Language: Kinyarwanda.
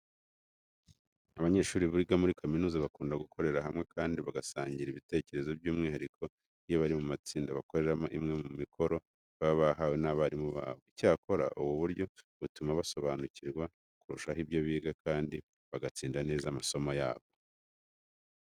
Abanyeshuri biga muri kaminuza bakunda gukorera hamwe kandi bagasangira ibitekerezo, by'umwihariko iyo bari mu matsinda bakoreramo imwe mu mikoro baba bahawe n'abarimu babo. Icyakora ubu buryo butuma basobanukirwa kurushaho ibyo biga kandi bagatsinda neza amasomo yabo.